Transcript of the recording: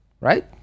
Right